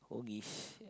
corgies yeah